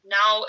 now